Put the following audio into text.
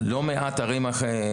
איך זה עובד?